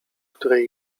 której